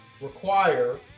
require